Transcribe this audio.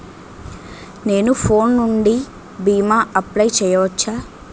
నేను ఫోన్ నుండి భీమా అప్లయ్ చేయవచ్చా?